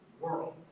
world